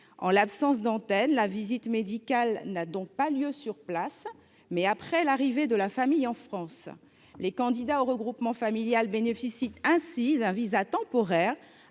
En l’absence d’antenne, la visite médicale a donc lieu non pas sur place, mais après l’arrivée de la famille en France. Les candidats au regroupement familial bénéficient ainsi d’un visa temporaire,